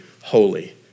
holy